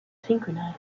synchronized